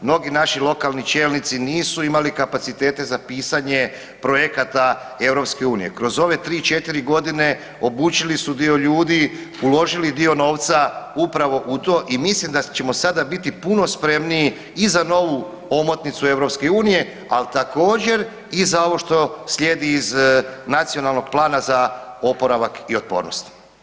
Mnogi naši lokalni čelnici nisu imali kapacitete za pisanje projekata EU, kroz ove tri, četiri godine obučili su dio ljudi, uložili dio novca upravo u to i mislim da ćemo sada biti puno spremniji i za novu omotnicu EU, al također i za ovo što slijedi iz Nacionalnog plana za oporavak i otpornost.